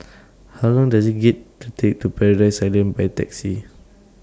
How Long Does IT get to Take to Paradise Island By Taxi